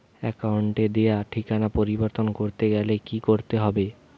অ্যাকাউন্টে দেওয়া ঠিকানা পরিবর্তন করতে গেলে কি করতে হবে?